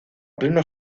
pleno